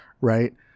right